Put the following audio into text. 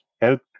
help